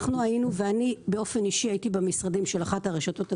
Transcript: אני באופן אישי הייתי במשרדים של אחת הרשתות הגדולות,